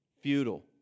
futile